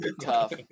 tough